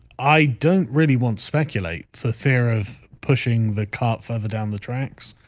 i don't really want speculate for fear of pushing the cop further down the tracks